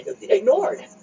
ignored